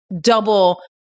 double